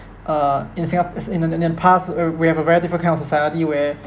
uh in singap~ as in in in the past uh we have a different kind of society where